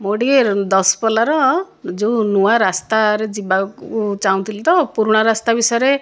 ମୁଁ ଟିକେ ଦଶପଲ୍ଲାର ଯେଉଁ ନୂଆ ରାସ୍ତାରେ ଯିବାକୁ ଚାହୁଁଥିଲି ତ ପୁରୁଣା ରାସ୍ତା ବିଷୟରେ